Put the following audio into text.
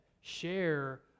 share